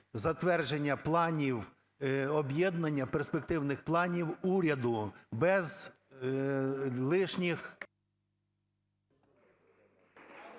затвердження планів об'єднання, перспективних планів уряду без лишніх…